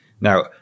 Now